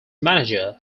manager